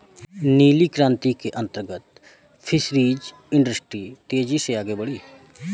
नीली क्रांति के अंतर्गत फिशरीज इंडस्ट्री तेजी से आगे बढ़ी